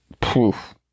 Poof